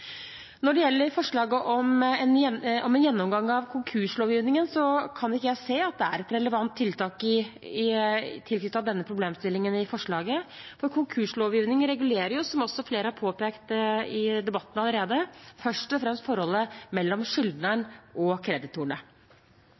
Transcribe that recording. Når det gjelder forslaget om en gjennomgang av konkurslovgivningen, kan ikke jeg se at det er et relevant tiltak tilknyttet denne problemstillingen i representantforslaget. Konkurslovgivning regulerer, som flere allerede har påpekt i debatten, først og fremst forholdet mellom skyldneren og kreditorene.